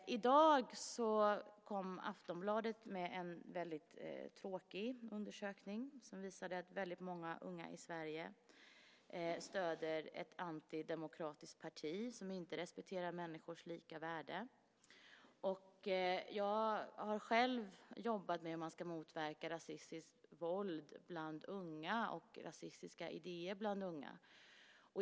I dag kom Aftonbladet med en väldigt tråkig undersökning som visar att många unga i Sverige stöder ett antidemokratiskt parti som inte respekterar människors lika värde. Jag har själv jobbat med hur man ska motverka rasistiskt våld och rasistiska idéer bland unga.